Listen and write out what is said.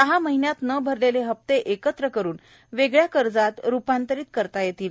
सहा महिन्यात न भरलेले हप्ते एकत्र करुन वेगळ्या कर्जात रुपांतरित करता येतील